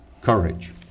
courage